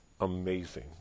amazing